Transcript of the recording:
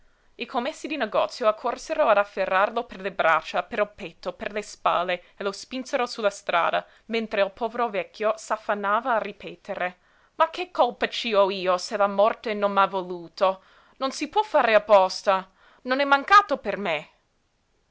i commessi di negozio accorsero ad afferrarlo per le braccia per il petto per le spalle e lo spinsero sulla strada mentre il povero vecchio s'affannava a ripetere ma che colpa ci ho io se la morte non m'ha voluto non si può fare apposta non è mancato per me